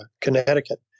Connecticut